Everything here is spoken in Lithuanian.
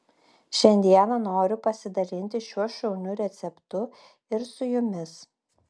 šiandieną noriu pasidalinti šiuo šauniu receptu ir su jumis